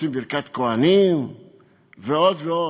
רוצים ברכת כוהנים ועוד ועוד.